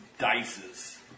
dices